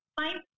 Fine